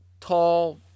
tall